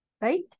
Right